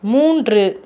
மூன்று